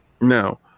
now